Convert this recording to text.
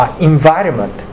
environment